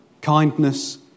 kindness